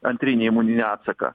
antrinį imuninį atsaką